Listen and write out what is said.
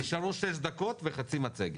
נשארו שש דקות וחצי מצגת.